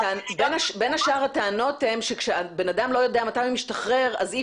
בין השאר הטענות הן שכשבן אדם לא יודע מתי הוא משתחרר אז אי